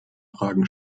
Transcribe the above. fragen